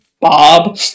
Bob